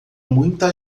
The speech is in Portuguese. muita